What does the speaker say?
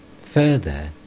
Further